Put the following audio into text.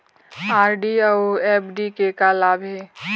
RD अऊ FD के का लाभ हे?